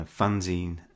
fanzine